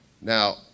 Now